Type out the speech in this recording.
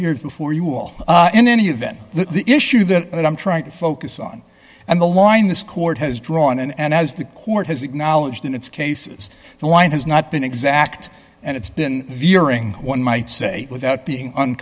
years before you will in any event the issue that i'm trying to focus on and the line this court has drawn and as the court has acknowledged in its cases the line has not been exact and it's been veering one might say without being